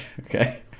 okay